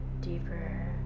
deeper